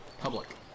Public